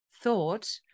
thought